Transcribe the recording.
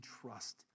trust